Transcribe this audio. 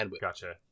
gotcha